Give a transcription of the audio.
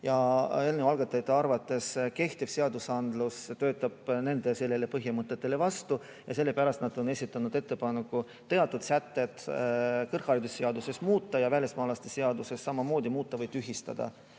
Eelnõu algatajate arvates kehtiv seadusandlus töötab nendele põhimõtetele vastu ja sellepärast nad on esitanud ettepaneku teatud sätteid kõrgharidusseaduses muuta ja välismaalaste seaduses samamoodi muuta või tühistada.